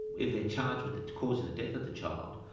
if they're charged with causing the death of the child,